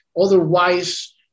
otherwise